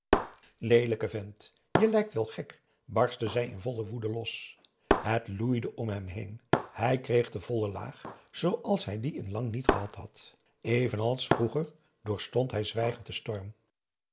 leelijke vent je lijkt wel gek barstte zij in volle woede los het loeide om hem heen hij kreeg de volle laag zooals hij die in lang niet had gehad evenals vroeger doorstond hij zwijgend den storm